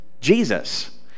Jesus